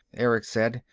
erick said.